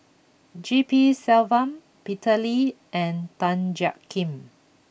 G P Selvam Peter Lee and Tan Jiak Kim